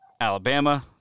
Alabama